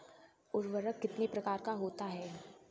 उर्वरक कितने प्रकार का होता है?